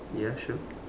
ya sure